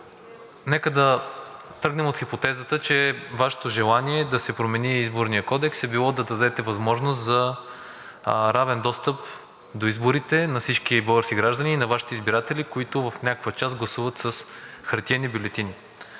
нека да тръгнем от хипотезата, че Вашето желание да се промени Изборният кодекс е било да дадете възможност за равен достъп до изборите на всички български граждани и на Вашите избиратели, които в някаква част гласуват с хартиени бюлетини.